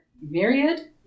Myriad